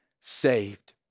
saved